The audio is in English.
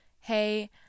hey